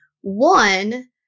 One